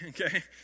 okay